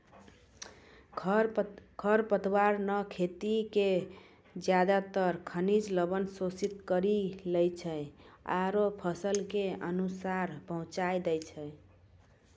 खर पतवार न खेत के ज्यादातर खनिज लवण शोषित करी लै छै आरो फसल कॅ नुकसान पहुँचाय दै छै